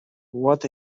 what